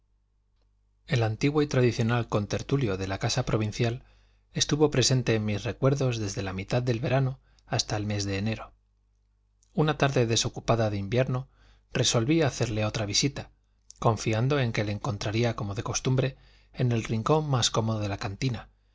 el antiguo y tradicional contertulio de la casa provincial estuvo presente en mis recuerdos desde la mitad del verano hasta el mes de enero una tarde desocupada de invierno resolví hacerle otra visita confiando en que le encontraría como de costumbre en el rincón más cómodo de la cantina